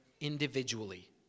individually